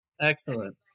Excellent